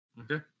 Okay